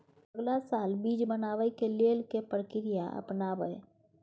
अगला साल बीज बनाबै के लेल के प्रक्रिया अपनाबय?